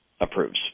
approves